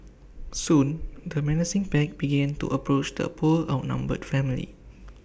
soon the menacing pack began to approach the poor outnumbered family